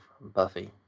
Buffy